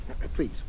Please